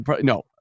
No